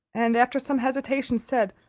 and, after some hesitation, said